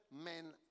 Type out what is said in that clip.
men